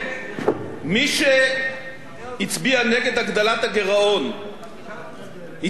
שהצביע נגד הגדלת הגירעון הצביע בעצם בעד השארת